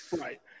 Right